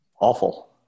Awful